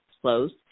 closed